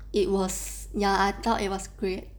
it was ya I thought it was great